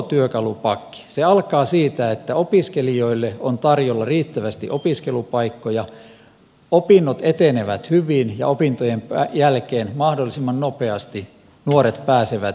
se alkaa siitä että opiskelijoille on tarjolla riittävästi opiskelupaikkoja opinnot etenevät hyvin ja opintojen jälkeen mahdollisimman nopeasti nuoret pääsevät työelämän alkuun